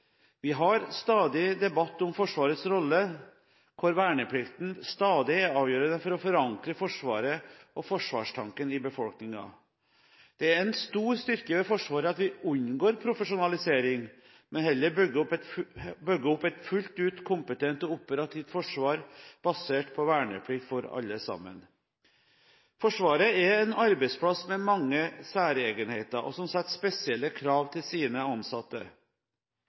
Vi har stadig debatt om Forsvarets rolle, hvor verneplikten stadig er avgjørende for å forankre Forsvaret og forsvarstanken i befolkningen. Det er en stor styrke ved Forsvaret at vi unngår profesjonalisering, men heller bygger opp et fullt ut kompetent og operativt forsvar basert på verneplikt for alle. Forsvaret er en arbeidsplass med mange særegenheter, og som stiller spesielle krav til sine ansatte.